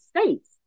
States